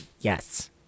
yes